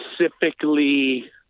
specifically